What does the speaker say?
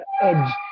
edge